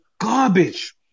garbage